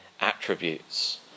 attributes